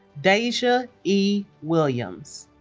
daeshia e. williams